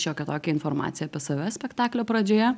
šiokią tokią informaciją apie save spektaklio pradžioje